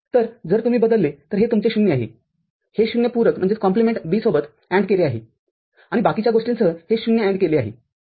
तर जर तुम्ही बदलले तर हे तुमचे ० आहेहे ० पूरक B सोबत AND केले आहेआणि बाकीच्या गोष्टींसह हे ० AND केले आहे